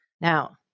Now